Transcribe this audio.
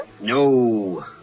No